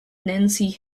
nancy